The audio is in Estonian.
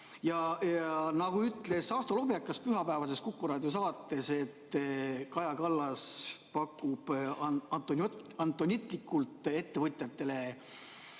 Ja nagu ütles Ahto Lobjakas pühapäevases Kuku raadio saates, et Kaja Kallas pakub ettevõtjatele